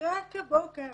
רק הבוקר,